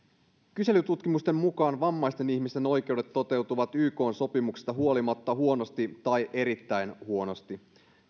kyselytutkimusten mukaan vammaisten ihmisten oikeudet toteutuvat ykn sopimuksista huolimatta huonosti tai erittäin huonosti